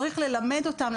צריך ללמד אותם,